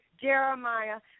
Jeremiah